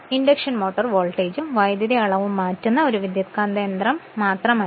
induction motor വോൾട്ടേജും വൈദ്യുതി അളവും മാറ്റുന്ന ഒരു ട്രാൻസ്ഫോർമർ മാത്രമല്ല